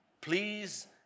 Please